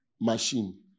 machine